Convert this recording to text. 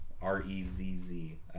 R-E-Z-Z